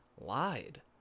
lied